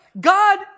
God